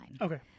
Okay